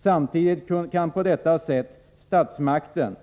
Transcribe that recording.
Samtidigt kan på detta sätt statskassan